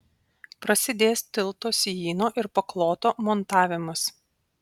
prasidės tilto sijyno ir pakloto montavimas